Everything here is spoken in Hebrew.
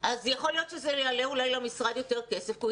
להיות שזה יעלה אולי למשרד יותר כסף כי הוא